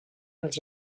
els